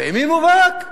אתה ימין מובהק?